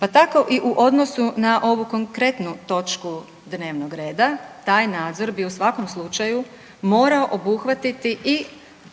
pa tako i u odnosu na ovu konkretnu točku dnevnog reda taj nadzor bi u svakom slučaju moramo obuhvatiti i